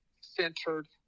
centered